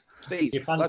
Steve